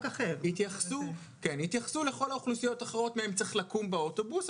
התייחסו לכל האוכלוסיות האחרות מהן צריך לקום באוטובוס,